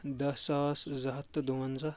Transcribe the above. دہ ساس زٕ ہَتھ تہٕ دُونز